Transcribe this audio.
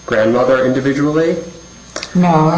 grandmother individually